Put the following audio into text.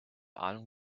ahnung